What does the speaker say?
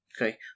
Okay